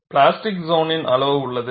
plastic சோனின் அளவு உள்ளது